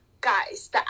guys